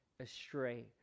astray